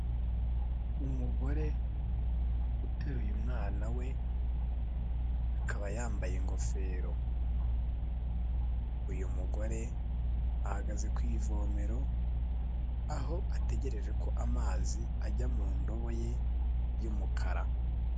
Umugore uteruye mwana we akaba yambaye ingofero, uyu mugore ahagaze ku ivomero aho ategereje ko amazi ajya mu ndobo ye y'umukara.